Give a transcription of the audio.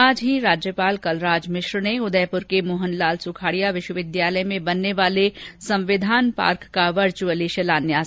आज ही राज्यपाल कलराज मिश्र ने उदयपुर के मोहनलाल सुखाड़िया विश्वविद्यालय में बनने वाले संविधान पार्क का ऑनलाइन शिलान्यास किया